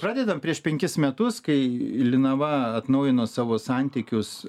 pradedam prieš penkis metus kai linava atnaujino savo santykius